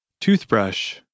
toothbrush